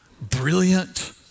brilliant